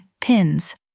pins